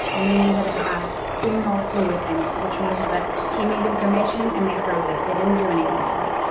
meaning that it has seminal fluid in it, which means that he made his donation and they froze it. they didn't do anything to it.